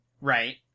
Right